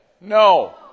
no